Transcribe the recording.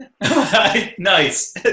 Nice